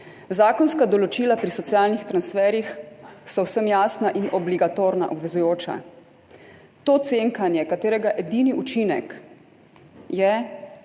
Zakonska določila pri socialnih transferjih so vsem jasna in obligatorna, obvezujoča. To cenkanje, katerega edini učinek je